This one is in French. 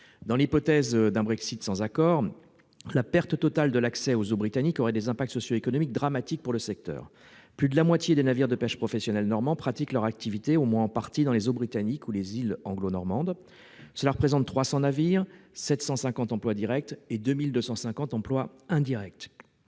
Dans l'hypothèse d'un Brexit sans accord, la perte totale de l'accès aux eaux britanniques aurait des impacts socio-économiques dramatiques pour le secteur. Plus de la moitié des navires de pêche professionnelle normands pratiquent leur activité, au moins en partie, dans les eaux britanniques ou près des îles anglo-normandes. Cela représente 300 navires, 750 emplois directs et 2 250 emplois indirects.